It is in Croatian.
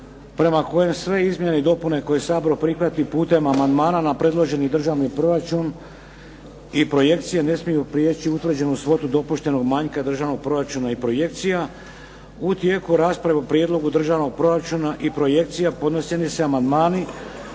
prema kojem se izmjene i dopune koje Sabor prihvati putem amandmana na predloženi Državni proračun i projekcije ne smiju prijeći utvrđenu svotu dopuštenog manjka državnog proračuna i projekcija. U tijeku rasprave o prijedlogu državnog proračuna i projekcija podneseni su amandmani